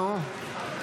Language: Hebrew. נו,